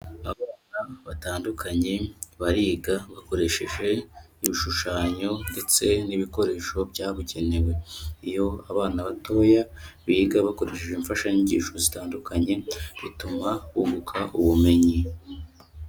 Abana batandukanye bariga bakoresheje ibishushanyo ndetse n'ibikoresho byabugenewe, iyo abana batoya biga bakoresheje imfashanyigisho zitandukanye bituma bunguka ubumenyi.